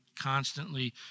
constantly